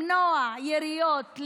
למנוע יריות,